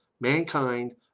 mankind